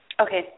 Okay